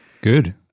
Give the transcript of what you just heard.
Good